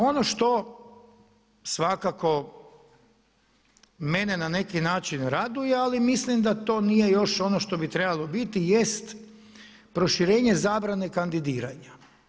Ono što svakako mene na neki način raduje, ali mislim da to nije još ono što bi trebalo biti jest proširenje zabrane kandidiranja.